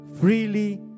freely